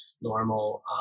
normal